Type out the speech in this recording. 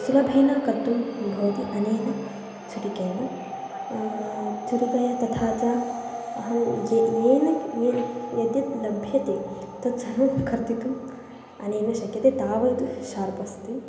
सुलभेन कर्तुं भवति अनया छुरिकया छुरिकया तथा च अहं ये येन ये यद्यद् लभ्यते तत् सर्वं कर्तितुम् अनेन शक्यते तावद् शार्प् अस्ति